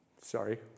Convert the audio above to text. Sorry